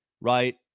right